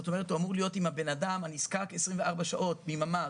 הוא אמור להיות עם האדם הנזקק 24 שעות בימה,